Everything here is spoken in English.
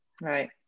right